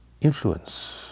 influence